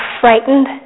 frightened